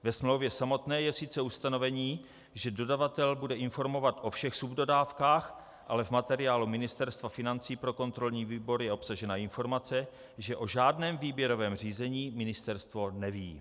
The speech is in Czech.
Ve smlouvě samotné je sice ustanovení, že dodavatel bude informovat o všech subdodávkách, ale v materiálu Ministerstva financí pro kontrolní výbor je obsažena informace, že o žádném výběrovém řízení ministerstvo neví.